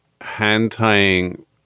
hand-tying